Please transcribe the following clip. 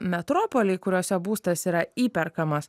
metropoliai kuriuose būstas yra įperkamas